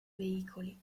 veicoli